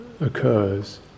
occurs